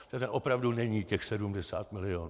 Ten opravdu není těch 70 milionů.